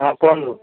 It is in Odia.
ହଁ କୁହନ୍ତୁ